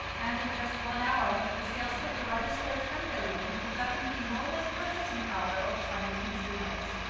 and in just one hour, the sales ticker registered ten billion. reflecting the enormous purchasing power of chinese consumers.